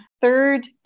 third